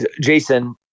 Jason